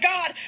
God